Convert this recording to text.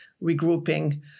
regrouping